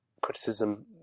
criticism